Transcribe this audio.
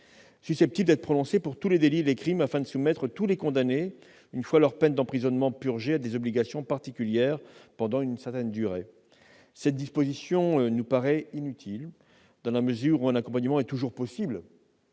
susceptible d'être prononcée pour tous les délits et les crimes, afin de soumettre tous les condamnés, une fois leur peine d'emprisonnement purgée, à des obligations particulières pendant une certaine durée. Cette disposition nous paraît inutile, dans la mesure où un accompagnement est toujours possible